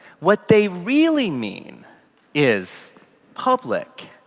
what they really mean is public.